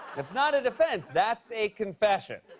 it's not a defense. that's a confession.